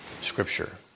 Scripture